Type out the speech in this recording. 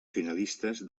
finalistes